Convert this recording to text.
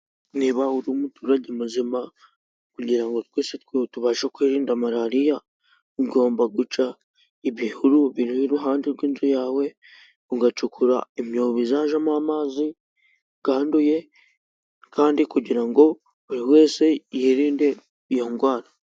Niba uri umuturage muzima kugira ngo twese tubashe kwirinda malariya ugomba guca ibihuru biri iruhande rw'inzu yawe, ugacukura imyobo izajyamo amazi yanduye kandi kugira ngo buri wese yirinde iyo ndwara.